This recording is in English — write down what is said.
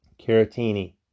Caratini